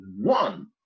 one